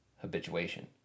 habituation